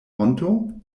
honto